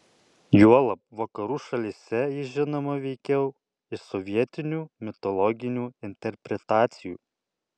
juolab vakarų šalyse ji žinoma veikiau iš sovietinių mitologinių interpretacijų